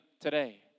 today